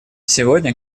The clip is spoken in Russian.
сегодня